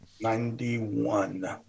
Ninety-one